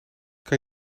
kan